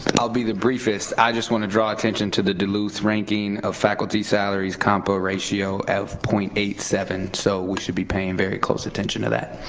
and i'll be the briefest i just want to draw attention to the duluth ranking of faculty salaries compa ratio of zero point eight seven, so we should be paying very close attention to that.